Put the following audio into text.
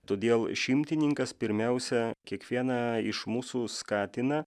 todėl šimtininkas pirmiausia kiekvieną iš mūsų skatina